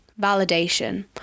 validation